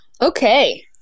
okay